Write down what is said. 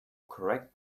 correct